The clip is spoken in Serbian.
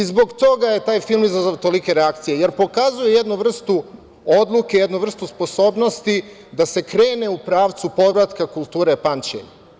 Zbog toga je taj film izazvao tolike reakcije, jer pokazuje jednu vrstu odluke, jednu vrstu sposobnosti da se krene u pravcu povratka kulture pamćenja.